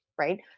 right